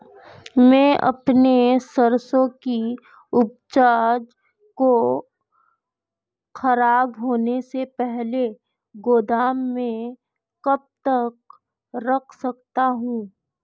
मैं अपनी सरसों की उपज को खराब होने से पहले गोदाम में कब तक रख सकता हूँ?